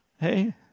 Hey